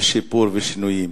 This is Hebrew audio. ושיפור ושינויים,